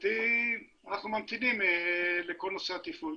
מבחינתי אנחנו ממתינים לכל נושא התפעול.